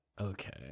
Okay